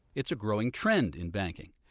it's a growing trend in banking.